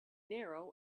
narrow